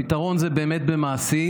הפתרון זה באמת במעשים,